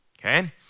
okay